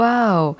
Wow